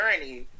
journey